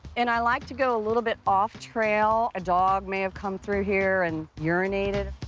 and i like to go a little bit off trail. a dog may have come through here and urinated.